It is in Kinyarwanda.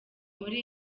muri